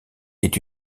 est